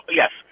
yes